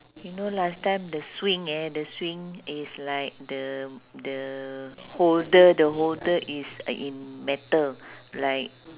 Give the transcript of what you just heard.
you know last time the swing eh the swing is like the the holder the holder is in metal like